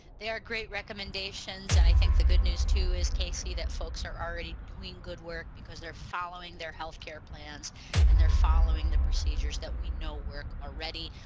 they are great recommendations and i think the good news too is casey that folks are already doing good work because they're following their health care plans and they're following the procedures that we know work already.